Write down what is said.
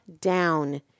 down